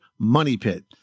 MONEYPIT